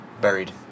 Buried